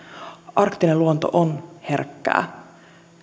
arktinen luonto on herkkää